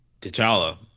T'Challa